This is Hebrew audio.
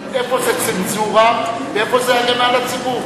איפה זה צנזורה ואיפה זה הגנה על הציבור?